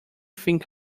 think